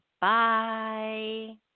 Bye